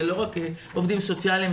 זה לא רק עובדים סוציאליים,